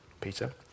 Peter